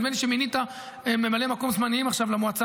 נדמה לי שמינית ממלאי מקום זמניים למועצה